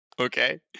Okay